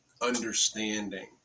understanding